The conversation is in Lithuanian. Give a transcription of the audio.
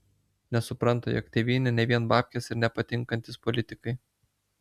nesupranta jog tėvynė ne vien babkės ir nepatinkantys politikai